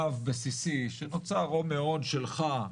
גב בסיסי שנוצר או מהון שלך,